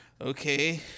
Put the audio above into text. Okay